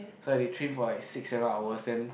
so they train for like six seven hours then